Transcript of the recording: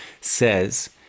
says